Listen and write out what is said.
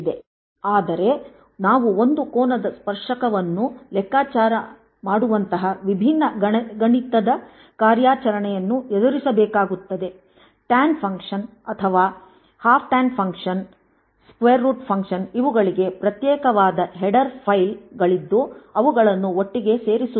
ಆದರೆ ನಾವು ಒಂದು ಕೋನದ ಸ್ಪರ್ಶಕವನ್ನು ಲೆಕ್ಕಾಚಾರ ಮಾಡುವಂತಹ ವಿಭಿನ್ನ ಗಣಿತದ ಕಾರ್ಯಾಚರಣೆಗಳನ್ನು ಎದುರಿಸಬೇಕಾಗುತ್ತದೆ ಟ್ಯಾನ್ ಫಂಕ್ಷನ್ ಅಥವಾ half tan function square root function ಇವುಗಳಿಗೆ ಪ್ರತ್ಯೇಕವಾದ ಹೆಡರ್ ಫೈಲ್ಗಳಿದ್ದು ಅವುಗಳನ್ನು ಒಟ್ಟಿಗೆ ಇರಿಸುತ್ತದೆ